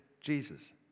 Jesus